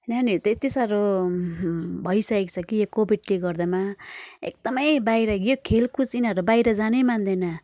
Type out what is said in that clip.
नानीहरू त यति साह्रो भइसकेको छ कि यो कोविडले गर्दामा एकदमै बाहिर यो खेलकुद यिनीहरू बाहिर जानै मान्दैन